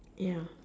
ya